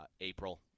April